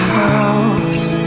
house